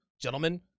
gentlemen